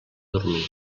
dormir